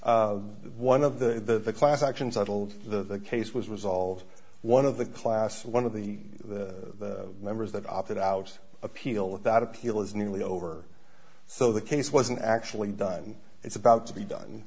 been one of the class action settled the case was resolved one of the class one of the the members that opted out appeal without appeal is nearly over so the case wasn't actually done it's about to be